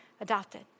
adopted